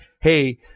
Hey